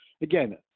Again